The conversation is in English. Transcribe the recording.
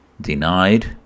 denied